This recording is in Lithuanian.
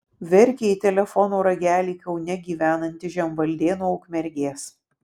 verkė į telefono ragelį kaune gyvenanti žemvaldė nuo ukmergės